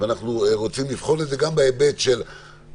ואנחנו רוצים לבחון את זה גם בהיבט שאצלכם,